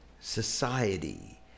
society